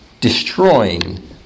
destroying